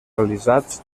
realitzats